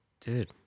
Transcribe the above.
Dude